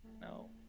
no